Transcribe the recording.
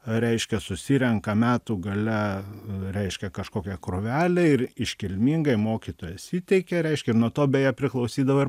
reiškia susirenka metų gale reiškia kažkokia krūvelė ir iškilmingai mokytojas įteikia reiškia ir nuo to beje priklausydavo ir